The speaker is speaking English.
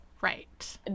Right